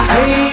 Hey